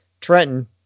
trenton